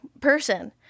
person